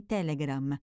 Telegram